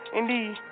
indeed